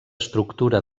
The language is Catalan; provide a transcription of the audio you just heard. estructura